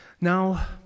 Now